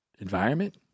environment